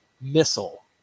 missile